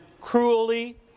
cruelly